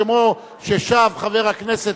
כמו ששב חבר הכנסת,